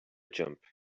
jump